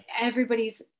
everybody's